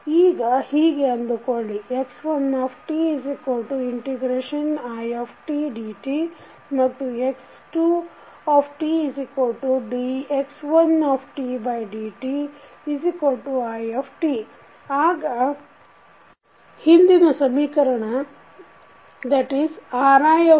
ಈಗ ಹೀಗೆ ಅಂದುಕೊಳ್ಳಿ x1titdt ಮತ್ತು x2tdx1dtit ಆಗ ಹಿಂದಿನ ಸಮೀಕರಣ i